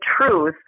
truth